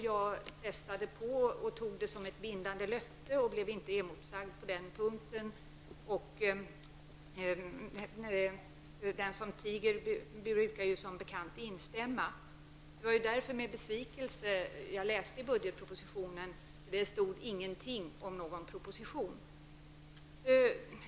Jag pressade på och tog det som ett bindande löfte. Jag blev inte emotsagd på den punkten. Den som tiger brukar som bekant instämma. Det var därför som det var med besvikelse som jag läste budgetpropositionen. Där står ingenting om någon proposition i detta ämne.